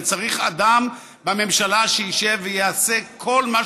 וצריך אדם בממשלה שישב ויעשה כל מה